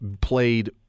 played